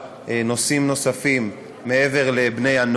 בבקשה,